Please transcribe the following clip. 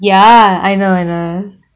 ya I know I know